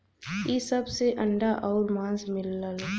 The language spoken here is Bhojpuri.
इ सब से अंडा आउर मांस मिलला